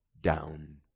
down